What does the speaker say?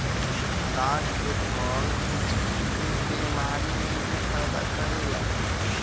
ताड़ के फल हिचकी के बेमारी में भी फायदा करेला